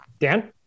Dan